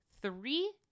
three